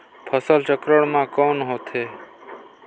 फसल चक्रण मा कौन होथे?